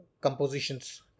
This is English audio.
compositions